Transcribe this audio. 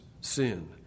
sin